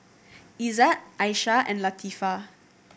Izzat Aisyah and Latifa